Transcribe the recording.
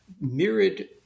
mirrored